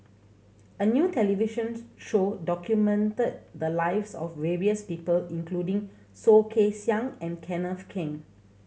a new televisions show documented the lives of various people including Soh Kay Siang and Kenneth Keng